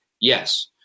Yes